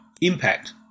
impact